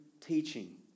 teaching